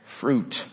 fruit